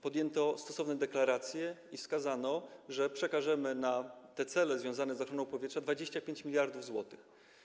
Podjęto stosowne deklaracje i wskazano, że przekażemy na cele związane z ochroną powietrza 25 mld zł.